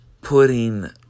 putting